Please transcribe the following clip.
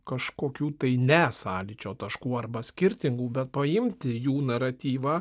kažkokių tai ne sąlyčio taškų arba skirtingų bet paimti jų naratyvą